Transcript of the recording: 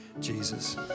jesus